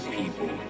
people